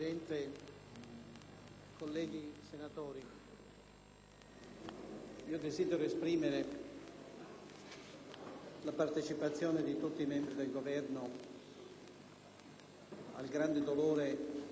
desidero esprimere la partecipazione di tutti i membri del Governo al grande dolore dei familiari di Eluana Englaro